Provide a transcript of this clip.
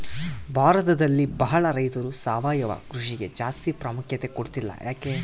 ಭಾರತದಲ್ಲಿ ಬಹಳ ರೈತರು ಸಾವಯವ ಕೃಷಿಗೆ ಜಾಸ್ತಿ ಪ್ರಾಮುಖ್ಯತೆ ಕೊಡ್ತಿಲ್ಲ ಯಾಕೆ?